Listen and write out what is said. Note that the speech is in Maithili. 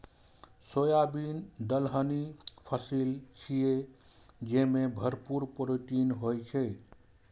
सोयाबीन दलहनी फसिल छियै, जेमे भरपूर प्रोटीन होइ छै